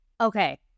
Okay